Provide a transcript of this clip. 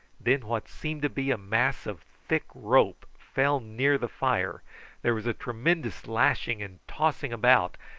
then what seemed to be a mass of thick rope fell near the fire there was a tremendous lashing and tossing about,